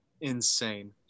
insane